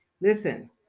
Listen